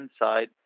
inside